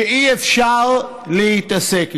שאי-אפשר להתעסק איתו.